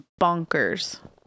bonkers